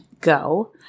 go